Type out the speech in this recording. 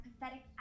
pathetic